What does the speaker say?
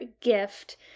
gift